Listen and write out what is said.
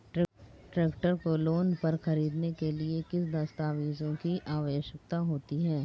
Tractor को loan पर खरीदने के लिए किन दस्तावेज़ों की आवश्यकता होती है?